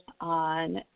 on